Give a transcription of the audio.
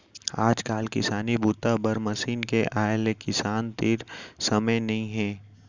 आजकाल किसानी बूता बर मसीन के आए ले किसान तीर समे नइ हे